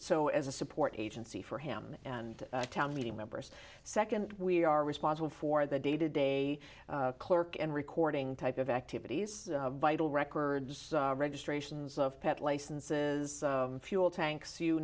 so as a support agency for him and town meeting members second we are responsible for the day to day clerk and recording type of activities vital records registrations of pet licenses fuel tanks you